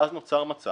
ואז נוצר מצב